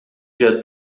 dia